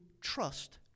trust